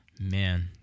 Man